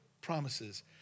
promises